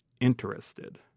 interested